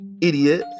Idiot